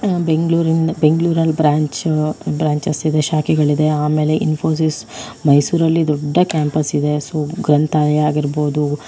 ಬೆಂಗಳೂರಿಂದ ಬೆಂಗಳೂರಲ್ಲಿ ಬ್ರ್ಯಾಂಚ್ ಬ್ರ್ಯಾಂಚೆಸ್ಸಿದೆ ಶಾಖೆಗಳಿದೆ ಆಮೇಲೆ ಇನ್ಫೋಸಿಸ್ ಮೈಸೂರಲ್ಲಿ ದೊಡ್ಡ ಕ್ಯಾಂಪಸ್ಸಿದೆ ಸೊ ಗ್ರಂಥಾಲಯ ಆಗಿರ್ಬೋದು